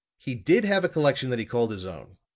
he did have a collection that he called his own.